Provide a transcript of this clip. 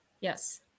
Yes